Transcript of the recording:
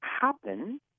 happen